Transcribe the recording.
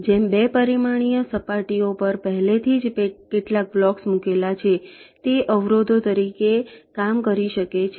જેમ 2 પરિમાણીય સપાટીઓ પર પહેલેથી જ કેટલાક બ્લોક્સ મૂકેલા છે તે અવરોધો તરીકે કામ કરી શકે છે